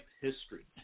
history